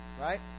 right